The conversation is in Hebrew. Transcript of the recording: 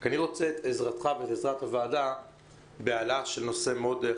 אני רוצה את עזרתך ואת עזרת הוועדה בנושא חשוב.